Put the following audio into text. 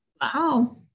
wow